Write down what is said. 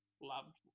loved